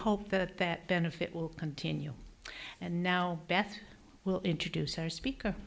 hope that that benefit will continue and now beth will introduce our speaker